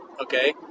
okay